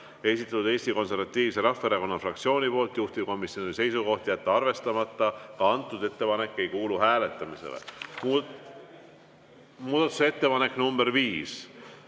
esitanud Eesti Konservatiivse Rahvaerakonna fraktsioon, juhtivkomisjoni seisukoht on jätta arvestamata. Ka antud ettepanek ei kuulu hääletamisele. Muudatusettepaneku nr 5